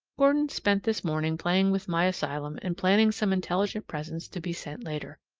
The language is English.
gordon spent this morning playing with my asylum and planning some intelligent presents to be sent later.